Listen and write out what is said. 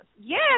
Yes